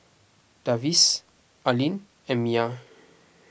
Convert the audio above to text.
Davis Arlyn and Miya